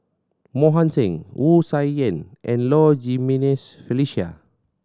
Mohan Singh Wu Tsai Yen and Low Jimenez Felicia